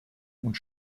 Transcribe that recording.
und